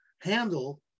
handle